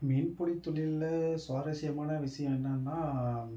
மீன் பிடி தொழில்ல சுவாரஸ்யமான விஷயம் என்னென்னா